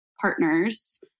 partners